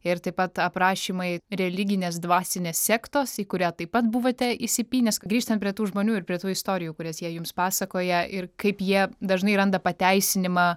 ir taip pat aprašymai religinės dvasinės sektos į kurią taip pat buvote įsipynęs grįžtant prie tų žmonių ir prie tų istorijų kurias jie jums pasakoja ir kaip jie dažnai randa pateisinimą